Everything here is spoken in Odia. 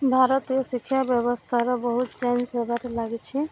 ଭାରତୀୟ ଶିକ୍ଷା ବ୍ୟବସ୍ଥାର ବହୁତ ଚେଞ୍ଜ ହେବାରେ ଲାଗିଛି